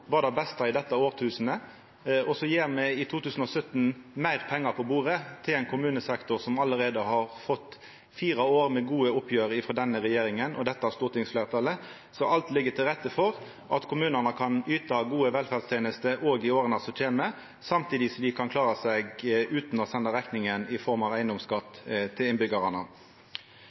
var det beste i dette tusenåret, og me legg i 2017 meir pengar på bordet til ein kommunesektor som allereie har fått fire år med gode oppgjer frå denne regjeringa og dette stortingsfleirtalet. Så alt ligg til rette for at kommunane kan yta gode velferdstenester òg i åra som kjem, samtidig som dei kan klara seg utan å senda rekninga i form av eigedomsskatt til